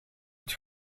het